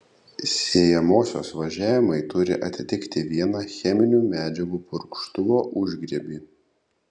sėjamosios važiavimai turi atitikti vieną cheminių medžiagų purkštuvo užgriebį